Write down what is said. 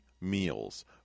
meals